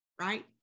right